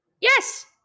Yes